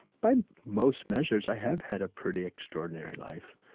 by most measures, i have had a pretty extraordinary life.